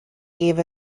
gave